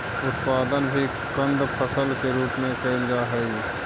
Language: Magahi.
उत्पादन भी कंद फसल के रूप में कैल जा हइ